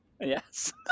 Yes